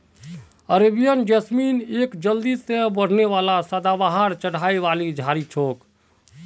Arabian jasmine एक जल्दी से बढ़ने वाला सदाबहार चढ़ाई वाली झाड़ी छोक